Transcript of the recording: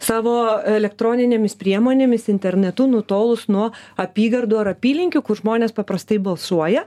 savo elektroninėmis priemonėmis internetu nutolus nuo apygardų ar apylinkių kur žmonės paprastai balsuoja